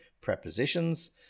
prepositions